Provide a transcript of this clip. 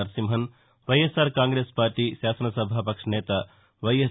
Narasimhan YSR Congress party శాసనసభావక్ష నేత YS